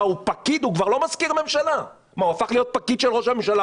זו הפררוגטיבה של יושב-ראש הכנסת לקבוע את סדר יומה של הכנסת.